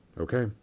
Okay